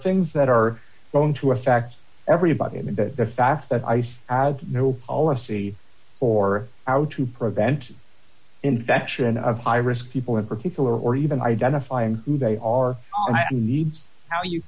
things that are going to affect everybody and that the fact that i see as no policy for out to prevent infection of high risk people in particular or even identifying who they are needs how you